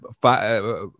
five